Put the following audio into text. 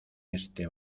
este